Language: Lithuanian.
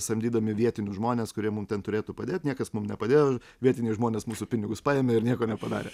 samdydami vietinius žmones kurie mum ten turėtų padėti niekas mum nepadėjo vietiniai žmonės mūsų pinigus paėmė ir nieko nepadarė